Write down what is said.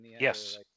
Yes